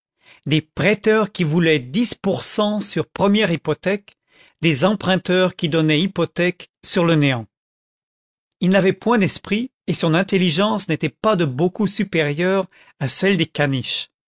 des prêteurs qui voulaient dix pour cent sur première hypothèque des emprunteurs qui donnaient hypothèque sur le néant content from google book search generated at il n'avait point d'esprit et son intelligence n'était pas de beaucoup supérieure à celle des caniches